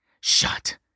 Shut